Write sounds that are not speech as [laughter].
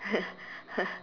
[laughs]